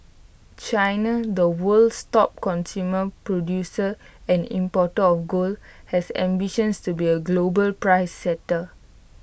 China the world's top consumer producer and importer of gold has ambitions to be A global price setter